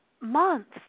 Months